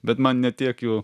bet man ne tiek jų